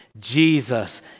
Jesus